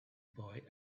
boy